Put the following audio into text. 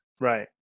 Right